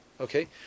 okay